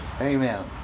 Amen